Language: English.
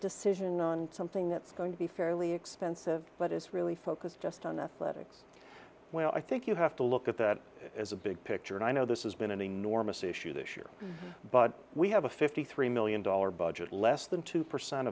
decision on something that's going to be fairly expensive but it's really focused just on that reading well i think you have to look at that as a big picture and i know this is been an enormous issue this year but we have a fifty three million dollars budget less than two percent